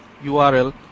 URL